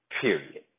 Period